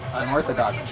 unorthodox